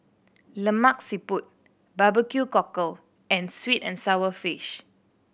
Lemak Siput barbecue cockle and sweet and sour fish